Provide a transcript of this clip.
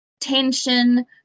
tension